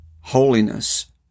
holiness